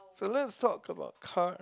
so let's talk about car